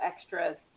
extras